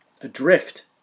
adrift